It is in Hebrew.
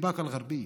בבאקה אל-גרבייה.